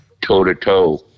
toe-to-toe